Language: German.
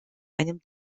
einem